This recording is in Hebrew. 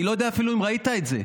אני לא יודע אפילו אם ראית את זה.